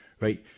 right